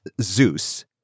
Zeus